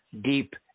deep